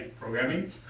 programming